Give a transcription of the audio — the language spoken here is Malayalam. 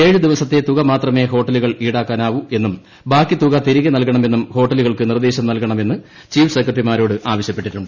ഏഴ് ദിവസത്തെ തുക മാത്രമേ ഹോട്ടലുകൾ ഈടാക്കാവൂ എന്നും ബാക്കി തുക തിരികെ നൽകണമെന്നും ഹോട്ടലുകൾക്ക് നിർദ്ദേശം നൽകണമെന്ന് ചീഫ് സെക്രട്ടറിമാരോട് ആവശ്യപ്പെട്ടിട്ടുണ്ട്